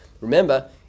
Remember